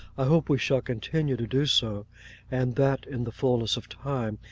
i hope we shall continue to do so and that in the fulness of time,